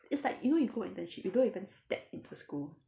it's like you know you go internship you don't even step into school